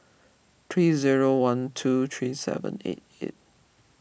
three zero one two three seven eight eight